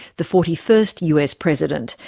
the forty first us president,